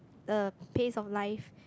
the pace of life